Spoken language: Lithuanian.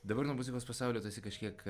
dabar nuo muzikos pasaulio tu esi kažkiek